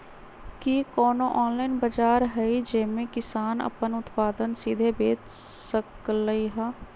कि कोनो ऑनलाइन बाजार हइ जे में किसान अपन उत्पादन सीधे बेच सकलई ह?